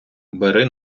бери